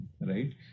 right